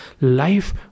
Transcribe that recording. life